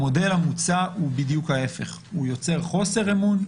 המודל המוצע הוא בדיוק ההיפך הוא יוצר חוסר אמון.